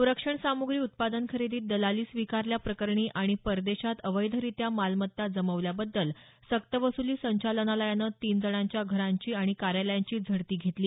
संरक्षण साम्ग्री उत्पादन खरेदीत दलाली स्वीकारल्या प्रकरणी आणि परदेशात अवैधरित्या मालमत्ता जमवल्याबद्दल सक्तवसुली संचालनालयानं तीन जणांच्या घरांची आणि कार्यालयांची झडती घेतली